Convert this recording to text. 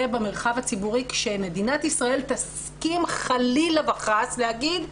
במרחב הציבורי שמדינת ישראל תסכים חלילה וחס להגיד,